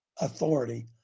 authority